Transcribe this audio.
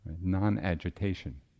Non-agitation